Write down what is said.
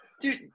Dude